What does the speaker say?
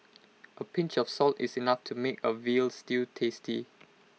A pinch of salt is enough to make A Veal Stew tasty